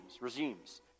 Regimes